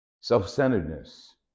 self-centeredness